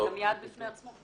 זה גם יעד בפני עצמו.